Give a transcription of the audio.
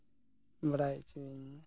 ᱵᱟᱰᱟᱭ ᱦᱚᱪᱚᱭᱤᱧ ᱢᱮ